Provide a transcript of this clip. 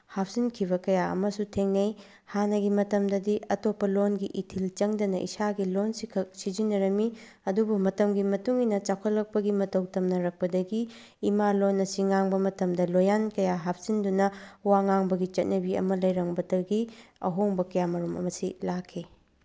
ꯍꯥꯞꯆꯤꯟꯈꯤꯕ ꯀꯌꯥ ꯑꯃꯁꯨ ꯊꯦꯡꯅꯩ ꯍꯥꯟꯅꯒꯤ ꯃꯇꯝꯗꯗꯤ ꯑꯇꯣꯞꯄ ꯂꯣꯜꯒꯤ ꯏꯊꯤꯜ ꯆꯪꯗꯅ ꯏꯁꯥꯒꯤ ꯂꯣꯜꯁꯤꯈꯛ ꯁꯤꯖꯤꯟꯅꯔꯝꯃꯤ ꯑꯗꯨꯕꯨ ꯃꯇꯝꯒꯤ ꯃꯇꯨꯡ ꯏꯟꯅ ꯆꯥꯎꯈꯠꯂꯛꯄꯒꯤ ꯃꯇꯧ ꯇꯝꯅꯔꯛꯄꯗꯒꯤ ꯏꯃꯥ ꯂꯣꯜ ꯑꯁꯤ ꯉꯥꯡꯕ ꯃꯇꯝꯗ ꯂꯣꯜꯌꯥꯟ ꯀꯌꯥ ꯍꯥꯞꯆꯤꯟꯗꯨꯅ ꯋꯥ ꯉꯥꯡꯕꯒꯤ ꯆꯠꯅꯕꯤ ꯑꯃ ꯂꯩꯔꯝꯕꯗꯒꯤ ꯑꯍꯣꯡꯕ ꯀꯌꯥ ꯑꯃꯔꯣꯝ ꯑꯁꯤ ꯂꯥꯛꯈꯤ